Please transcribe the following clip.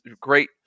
great